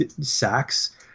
sacks